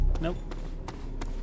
Nope